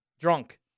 Drunk